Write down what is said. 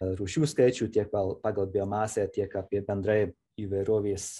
rūšių skaičių tiek pagal pagal biomasę tiek apie bendrai įvairovės